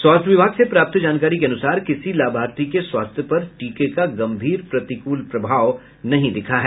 स्वास्थ्य विभाग से प्राप्त जानकारी के अनुसार किसी लाभार्थी के स्वास्थ्य पर टीके का गम्भीर प्रतिकूल प्रभाव नहीं दिखा है